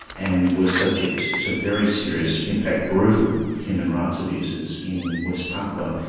and were subject to very serious, in fact brutal human rights abuses in west papua.